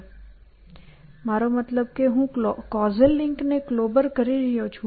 મારો મતલબ કે હું કૉઝલ લિંકને ક્લોબર કરી રહ્યો છું